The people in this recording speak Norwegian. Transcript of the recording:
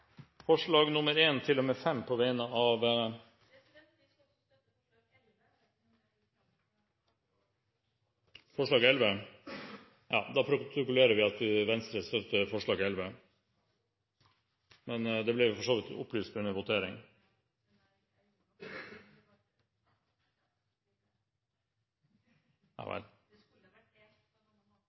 forslag nr. 11. Da protokollerer vi at Venstre støtter forslag nr. 11. Men det ble jo for så vidt opplyst under voteringen. Det skulle ha vært